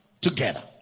together